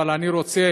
אבל אני רוצה